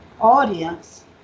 audience